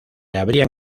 habrían